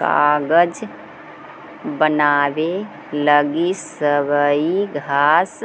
कागज बनावे लगी सबई घास